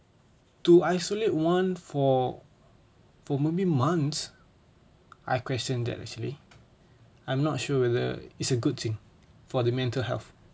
to isolate one for for maybe months I question that actually I'm not sure whether it's a good thing for the mental health